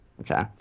okay